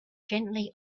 gently